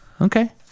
Okay